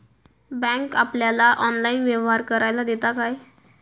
Bank आपल्याला online व्यवहार करायला देता काय?